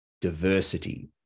diversity